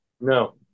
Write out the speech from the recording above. No